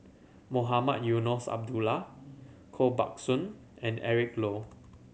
Mohamed Eunos Abdullah Koh Buck Song and Eric Low